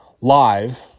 live